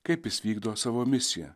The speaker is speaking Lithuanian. kaip jis vykdo savo misiją